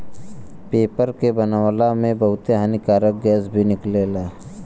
paper के बनावला में बहुते हानिकारक गैस भी निकलेला